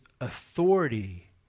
authority